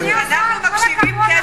אדוני השר, עם כל הכבוד לך,